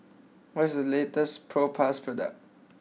what is the latest Propass product